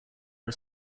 are